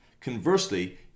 Conversely